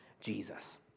Jesus